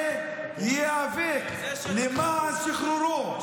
העם הזה ייאבק למען שחרורו,